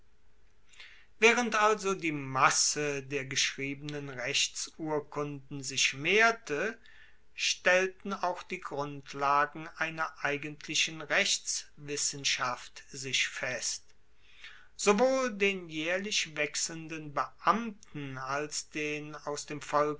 waehrend also die masse der geschriebenen rechtsurkunden sich mehrte stellten auch die grundlagen einer eigentlichen rechtswissenschaft sich fest sowohl den jaehrlich wechselnden beamten als den aus dem